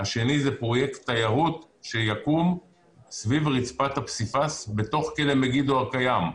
השני - פרויקט תיירות שיקום סביב רצפת הפסיפס בתוך כלא "מגידו" הקיים.